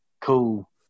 cool